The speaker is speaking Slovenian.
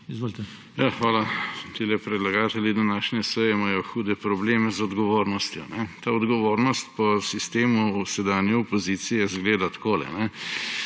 SDS):** Hvala. Tile predlagatelji današnje seje imajo hude probleme z odgovornostjo. Ta odgovornost po sistemu sedanje opozicije izgleda takole: